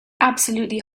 absolutely